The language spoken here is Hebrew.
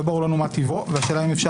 לא ברור לנו מה טיבו והשאלה אם אפשר